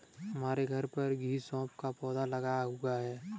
हमारे घर पर भी सौंफ का पौधा लगा हुआ है